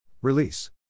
Release